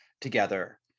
together